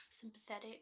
sympathetic